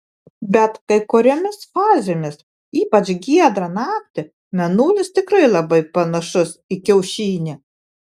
bet kai kuriomis fazėmis ypač giedrą naktį mėnulis tikrai labai panašus į kiaušinį